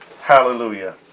Hallelujah